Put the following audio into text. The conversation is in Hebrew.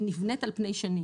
היא נבנית על פני שנים.